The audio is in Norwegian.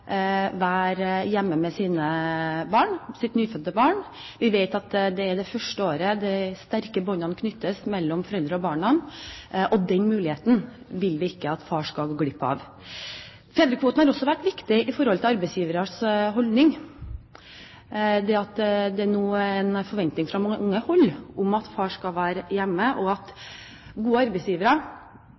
være hjemme med sitt nyfødte barn. Vi vet at det er det første året de sterke båndene knyttes mellom foreldrene og barna, og den muligheten vil vi ikke at far skal gå glipp av. Fedrekvoten har også vært viktig i forhold til arbeidsgiveres holdning. Det er nå en forventning fra mange hold om at far skal være hjemme, og gode arbeidsgivere forstår at